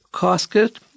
casket